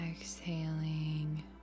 exhaling